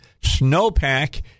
Snowpack